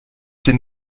den